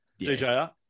DJR